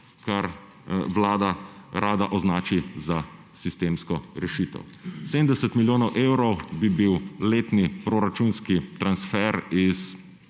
kar Vlada rada označi za sistemsko rešitev. Za 70 milijonov evrov bi bil letni proračunski transfer v